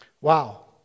Wow